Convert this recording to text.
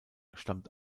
stammt